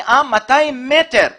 במקום, 200-100 מטרים מהמקום.